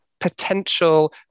potential